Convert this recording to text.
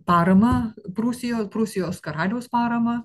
paramą prūsijos prūsijos karaliaus paramą